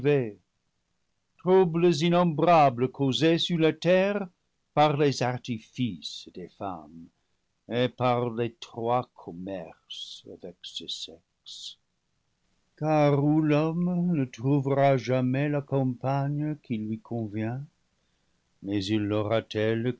sur la terre par les artifices des femmes et par l'étroit commerce avec ce sexe car ou l'homme ne trouvera jamais la compagne qui lui convient mais il l'aura telle